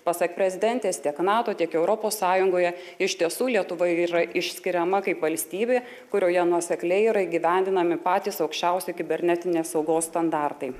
pasak prezidentės tiek nato tiek europos sąjungoje iš tiesų lietuva ir yra išskiriama kaip valstybė kurioje nuosekliai yra įgyvendinami patys aukščiausi kibernetinės saugos standartai